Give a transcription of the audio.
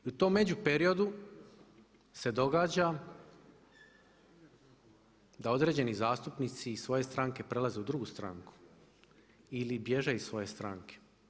I u tom među periodu se događa da određeni zastupnici iz svoje stranke prelaze u drugu stranku ili bježe iz svoje stranke.